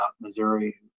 Missouri